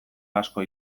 asko